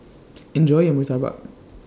Enjoy your Murtabak